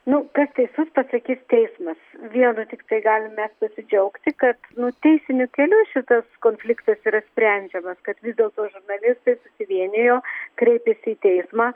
nu kas teisus pasakys teismas vienu tiktai galim mes pasidžiaugti kad nu teisiniu keliu šitas konfliktas yra sprendžiamas kad vis dėlto žurnalistai susivienijo kreipėsi į teismą